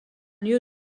lieu